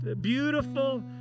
beautiful